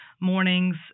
mornings